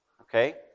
Okay